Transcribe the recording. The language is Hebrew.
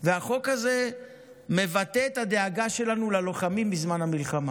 והחוק הזה מבטא את הדאגה שלנו ללוחמים בזמן המלחמה.